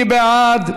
מי בעד?